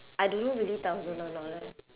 I don't know really thousand or not eh